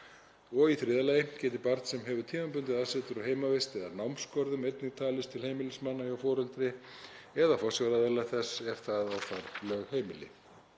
Í þriðja lagi geti barn sem hefur tímabundið aðsetur á heimavist eða námsgörðum einnig talist til heimilismanna hjá foreldri eða forsjáraðila þess ef það á þar lögheimili.